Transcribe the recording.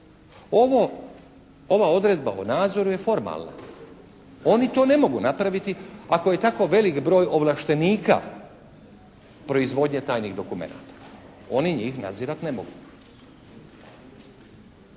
Ova odredba o nadzoru je formalna. Oni to ne mogu napraviti ako je tako velik broj ovlaštenika proizvodnje tajnih dokumenata. Oni njih nadzirati ne mogu.